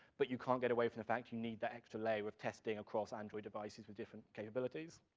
but you can't get away from the fact you need that extra layer of testing across android devices with different capabilities.